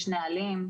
יש נהלים,